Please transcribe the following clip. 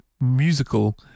musical